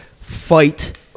fight